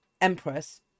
Empress